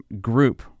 group